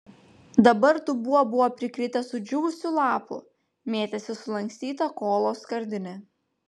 dabar dubuo buvo prikritęs sudžiūvusių lapų mėtėsi sulankstyta kolos skardinė